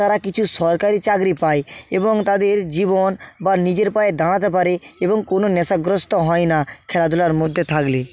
তারা কিছু সরকারি চাকরি পায় এবং তাদের জীবন বা নিজের পায়ে দাঁড়াতে পারে এবং কোনো নেশাগ্রস্ত হয় না খেলাধুলার মধ্যে থাকলে